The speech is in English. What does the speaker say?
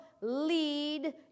lead